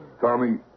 Tommy